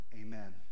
amen